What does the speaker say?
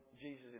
Jesus